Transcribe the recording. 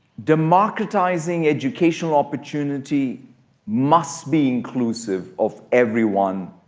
demarketising educational opportunity must be inclusive of everyone,